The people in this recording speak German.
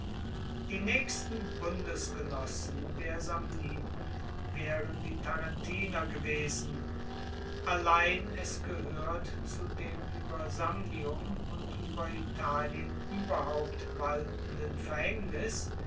die naechsten bundesgenossen der samniten waeren die tarentiner gewesen allein es gehoert zu dem ueber samnium und ueber italien ueberhaupt waltenden verhaengnis